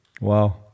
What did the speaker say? Wow